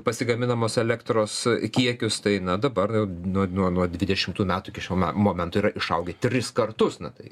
pasigaminamos elektros kiekius tai na dabar jau nuo nuo nuo dvidešimtų metų iki šių me momentų yra išaugę tris kartus na tai